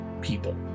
people